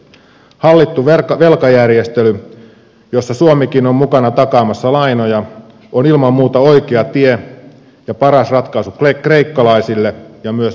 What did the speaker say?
hallittu velkajärjestely jossa suomikin on mukana takaamassa lainoja on ilman muuta oikea tie ja paras ratkaisu kreikkalaisille ja myös meille suomalaisille